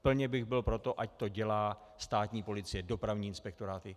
Plně bych byl pro to, ať to dělá státní policie, dopravní inspektoráty.